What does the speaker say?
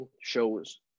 shows